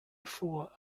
four